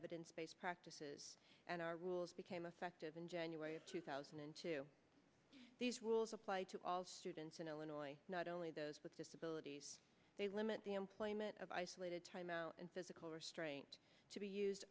evidence based practices and our rules became affective in january of two thousand and two these rules apply to all students in illinois not only those with disabilities they limit the employment of isolated timeout and physical restraint to be used